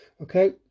Okay